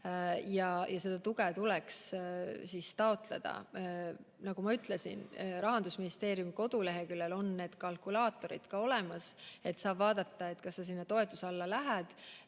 Ja seda tuge tuleks taotleda. Nagu ma ütlesin, Rahandusministeeriumi koduleheküljel on need kalkulaatorid ka olemas, sealt saab vaadata, kes sinna toetuse alla läheb.